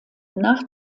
nach